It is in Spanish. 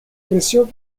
presión